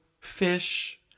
fish